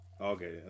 Okay